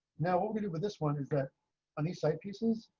now what we do with this one is that on the site pieces.